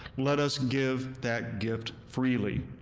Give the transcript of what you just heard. let us give that gift freely,